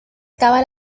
acaba